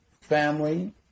family